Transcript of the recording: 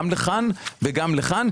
גם לכאן וגם לכאן,